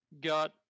got